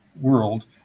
world